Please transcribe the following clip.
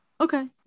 Okay